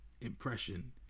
impression